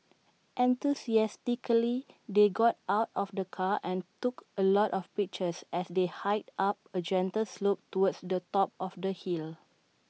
enthusiastically they got out of the car and took A lot of pictures as they hiked up A gentle slope towards the top of the hill